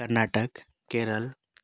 Karnataka Kerala